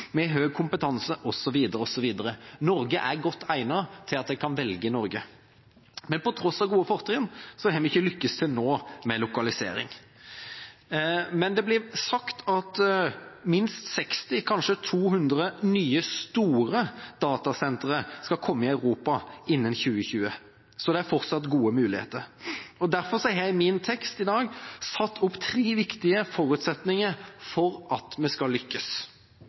med lokalisering. Men det blir sagt at minst 60 og kanskje 200 nye store datasentre skal komme i Europa innen 2020, så det er fortsatt gode muligheter. Derfor har jeg i min tekst i dag satt opp tre viktige forutsetninger for at vi skal lykkes.